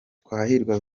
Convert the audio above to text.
twahirwa